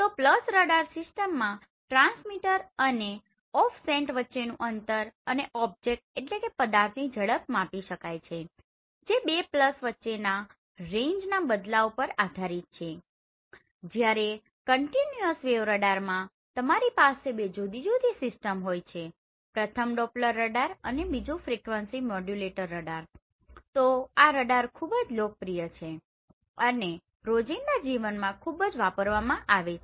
તો pulse radar system માં transmitter અને ઓફ સેન્ટ વચ્ચેનું અંતર અને ઓબ્જેક્ટObjectપદાર્થની ઝડપ માપી શકાય છે જે બે પ્લસ વચ્ચે ના રેન્જ ના બદલાવ પર આધારિત છે જ્યારે કંટીન્યુઆસ વેવ રડાર માં તમારી પાસે બે જુદી સિસ્ટમ હોય છેપ્રથમ ડોપલર રડાર અને બીજું ફ્રિકવન્સી મોડ્યુલેટેડ રડાર તો આ રડાર ખૂબ જ લોકપ્રિય છે અને રોજિંદા જીવનમાં ખૂબ જ વાપરવામાં આવે છે